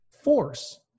force